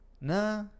nah